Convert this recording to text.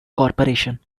corporation